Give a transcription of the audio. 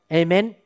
amen